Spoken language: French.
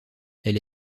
elle